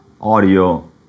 audio